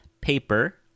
paper